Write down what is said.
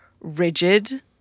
rigid